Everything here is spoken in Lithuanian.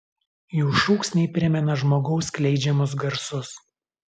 jų šūksniai primena žmogaus skleidžiamus garsus